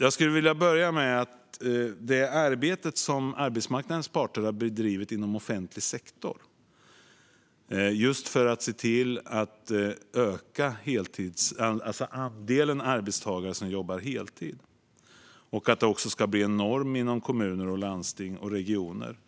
Jag skulle vilja börja med att säga att det arbete som arbetsmarknadens parter har bedrivit inom offentlig sektor just för att öka andelen arbetstagare som jobbar heltid och att det också ska bli en norm inom kommuner, landsting och regioner